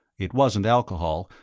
it wasn't alcohol,